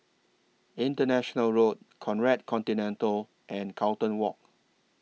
International Road Conrad Centennial and Carlton Walk